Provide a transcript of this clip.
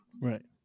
Right